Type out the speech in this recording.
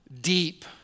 deep